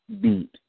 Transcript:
beat